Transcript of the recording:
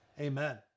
amen